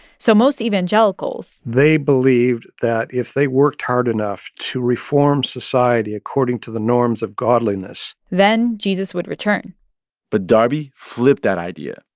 so most evangelicals. they believed that if they worked hard enough to reform society according to the norms of godliness. then jesus would return but darby flipped that idea.